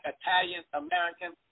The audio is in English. Italian-American